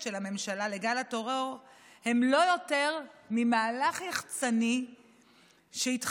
של הממשלה לגל הטרור הם לא יותר ממהלך יחצ"ני שהתחמק